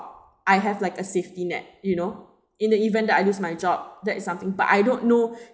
I have like a safety net you know in the event that I lose my job that is something but I don't know